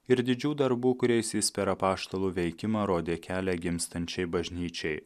ir didžių darbų kuriais jis per apaštalų veikimą rodė kelią gimstančiai bažnyčiai